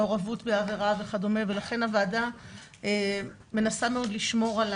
מעורבות בערערה וכדומה ולכן הוועדה מנסה מאוד לשמור על